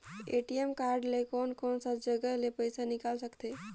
ATM card ले कोन कोन सा जगह ले पइसा निकाल सकथे?